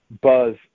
buzz